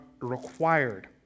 required